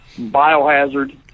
biohazard